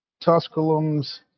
Tusculum's